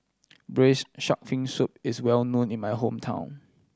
Braised Shark Fin Soup is well known in my hometown